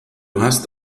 hast